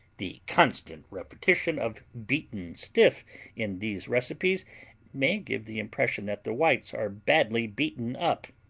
the constant repetition of beaten stiff in these recipes may give the impression that the whites are badly beaten up,